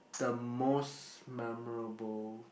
the most memorable